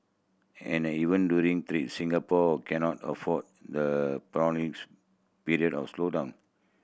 and even during threats Singapore cannot afford the prolonged period of slowdown